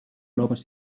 noves